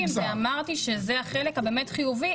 לכן אמרתי שזה החלק החיובי.